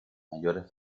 mayores